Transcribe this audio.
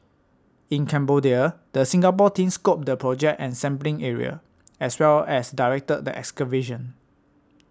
in Cambodia the Singapore team scoped the project and sampling area as well as directed the excavation